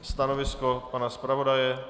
Stanovisko pana zpravodaje?